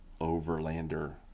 overlander